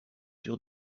sûr